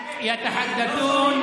) תרגום.